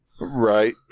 Right